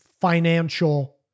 financial